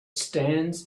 stands